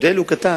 ההבדל הוא קטן,